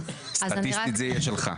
סטטיסטית זה יהיה שלך.